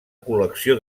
col·lecció